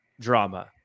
drama